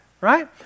right